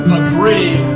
agree